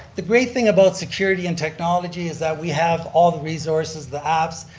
the great thing about security and technology is that we have all the resources, the apps,